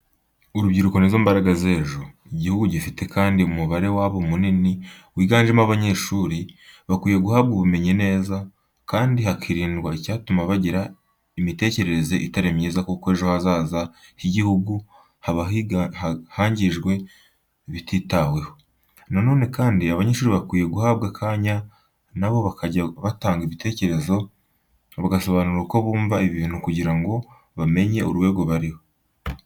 Urubyiruko ni zo mbaraga z'ejo. Igihugu gifite kandi umubare wabo munini wiganjemo abanyeshuri, bakwiye guhabwa ubumenyi neza, kandi hakirindwa icyatuma bagira imitekerereze itari myiza kuko ejo hazaza h'igihugu haba hangijwe batitaweho. Na none kandi abanyeshuri bakwiye guhabwa akanya na bo bakajya batanga ibitekerezo bagasobanura uko bumva ibintu kugira ngo bamenye urwego bariho.